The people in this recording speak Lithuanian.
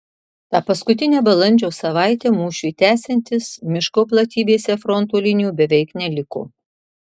tą paskutinę balandžio savaitę mūšiui tęsiantis miško platybėse fronto linijų beveik neliko